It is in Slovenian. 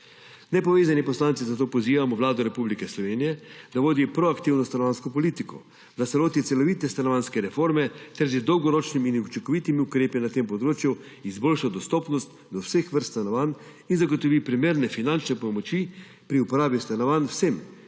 Nepovezani poslanci zato pozivamo Vlado Republike Slovenije, da vodi proaktivno stanovanjsko politiko, da se loti celovite stanovanjske reforme ter z dolgoročnimi in učinkovitimi ukrepi na tem področju izboljša dostopnost do vseh vrst stanovanj in zagotovi primerne finančne pomoči pri uporabi stanovanj vsem,